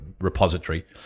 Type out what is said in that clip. repository